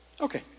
Okay